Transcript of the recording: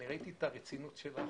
אני ראיתי את הרצינות שלך,